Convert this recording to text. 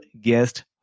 guest